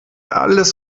alles